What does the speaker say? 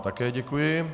Také děkuji.